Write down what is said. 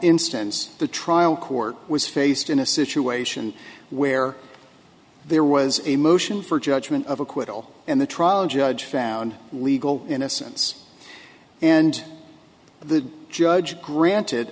instance the trial court was faced in a situation where there was a motion for judgment of acquittal and the trial judge found legal innocence and the judge granted